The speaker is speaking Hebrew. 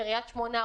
קריית שמונה,